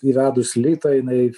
įvedus litą jinai